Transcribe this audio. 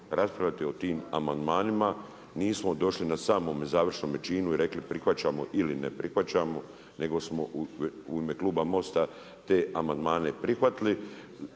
raspravljati o tim amandmanima nismo došli na samome završenom čini i rekli prihvaćamo ili ne prihvaćamo nego smo u ime kluba MOST-a te amandmane prihvatili